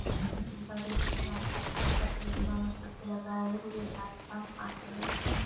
वरिष्ठ नागरिक बचत योजना में पैसे लगाए हुए आज काम आ गेलइ